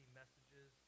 messages